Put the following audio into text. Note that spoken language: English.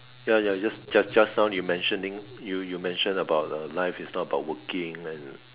ya ya just just just now you mentioning you you mention about uh life is not about working and